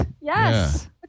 Yes